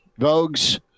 Vogues